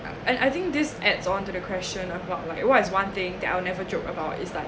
and I think this adds onto the question of what like what is one thing that I'll never joke about is like